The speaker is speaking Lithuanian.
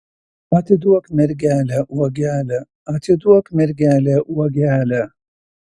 atiduok mergelę uogelę atiduok mergelę uogelę